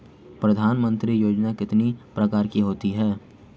प्रधानमंत्री योजना कितने प्रकार की होती है?